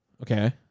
Okay